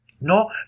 No